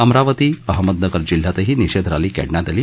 अमरावती अहमदनगर जिल्ह्यातही निषेध रॅली काढण्यात आली